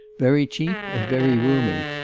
very cheap and very roomy.